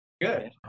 Good